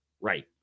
Right